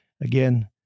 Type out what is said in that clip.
again